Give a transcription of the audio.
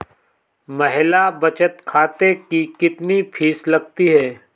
महिला बचत खाते की कितनी फीस लगती है?